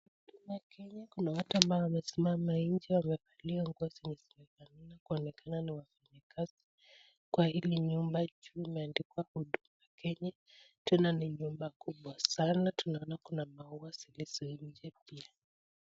Huduma Kenya kuna watu amabo wamesimama nje. Wamevalia nguo zinazofanana. Wanaonekana ni wafanyakazi. Kwa hii nyumba juu inaonekana imeandikwa Huduma Kenya. Tena ni nyumba kubwa sana. Tunaona kuna maua zilizo nje pia.